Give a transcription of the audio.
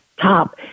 top